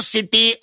City